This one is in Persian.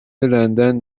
لندن